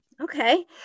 Okay